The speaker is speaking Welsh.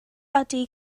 ydy